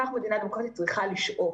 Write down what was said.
כך מדינה דמוקרטית צריכה לשאוף.